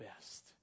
best